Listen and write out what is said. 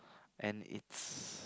and it's